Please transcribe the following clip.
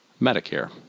Medicare